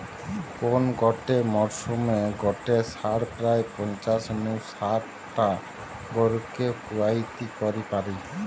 কোন গটে মরসুমে গটে ষাঁড় প্রায় পঞ্চাশ নু শাট টা গরুকে পুয়াতি করি পারে